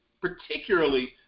particularly